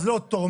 אז לא תורמים?